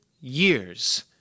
years